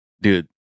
dude